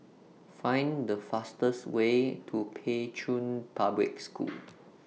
Find The fastest Way to Pei Chun Public School